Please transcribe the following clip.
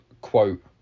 quote